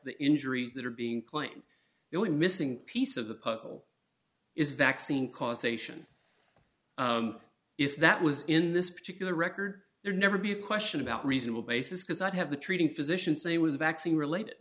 the injuries that are being claimed the only missing piece of the puzzle is vaccine causation if that was in this particular record there never be a question about reasonable basis because i'd have the treating physician say it was a vaccine related